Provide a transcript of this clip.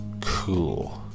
cool